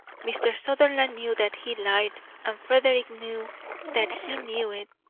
mr. sutherland knew that he lied and frederick knew that he knew it.